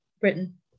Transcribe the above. Britain